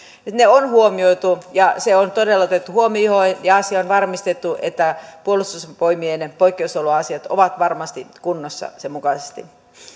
ne on huomioitu ja se on todella otettu huomioon ja asia on varmistettu että puolustusvoimien poikkeusoloasiat ovat varmasti kunnossa sen mukaisesti